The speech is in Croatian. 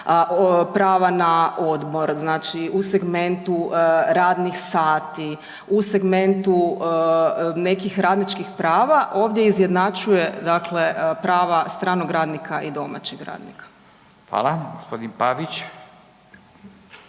prava na odmor, u segmentu radnih sati, u segmentu nekih radničkih prava ovdje izjednačuje prava stranog radnika i domaćeg radnika. **Radin, Furio